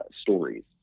stories